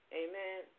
amen